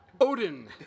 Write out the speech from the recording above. Odin